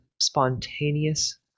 spontaneous